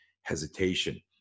hesitation